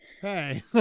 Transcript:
hey